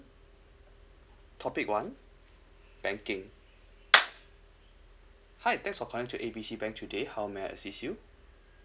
topic one banking hi thanks for calling to A B C bank today how may I assist you